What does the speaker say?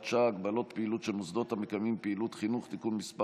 שעה) (הגבלת פעילות של מוסדות המקיימים פעילות חינוך) (תיקון מס'